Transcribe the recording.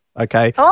Okay